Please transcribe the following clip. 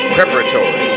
Preparatory